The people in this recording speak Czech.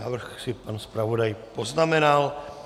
Návrh si pan zpravodaj poznamenal.